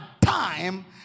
time